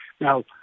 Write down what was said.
Now